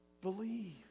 believe